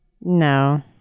No